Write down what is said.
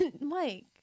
Mike